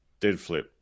Deadflip